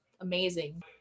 amazing